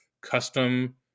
custom